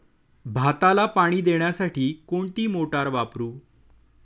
भाताला पाणी देण्यासाठी कोणती मोटार वापरू?